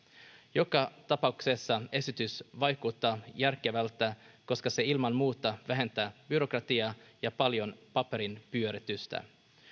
joka tapauksessa esitys vaikuttaa järkevältä koska se ilman muuta vähentää paljon byrokratiaa ja paperin pyöritystä